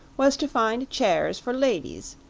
was to find chairs for ladies,